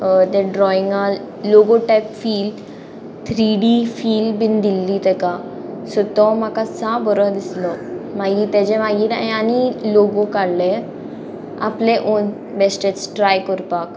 ते ड्रॉइंगा logo type feel three D feel बीन दिल्ली तेका सो तो म्हाका सा बरो दिसलो मागीर तेजे मागीर हांये आनी लोगो काडले आपले ओन बेश्टेच ट्राय करपाक